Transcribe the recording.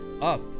up